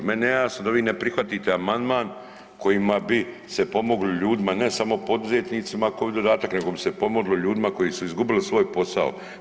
Meni je nejasno da vi ne prihvatite amandman kojima bi se pomoglo ljudima ne samo poduzetnicima COVID dodatak, nego bi se pomoglo ljudima koji su izgubili svoj posao.